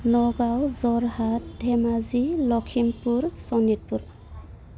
Nagaon Jorhat Dhemaji Lakhimpur Sonitpur